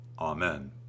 Amen